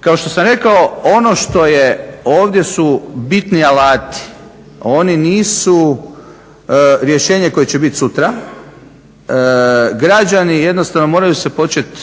Kao što sam rekao ono što ovdje su bitni alati, oni nisu rješenje koje će biti sutra. Građani jednostavno moraju se početi